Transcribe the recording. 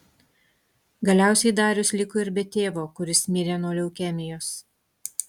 galiausiai darius liko ir be tėvo kuris mirė nuo leukemijos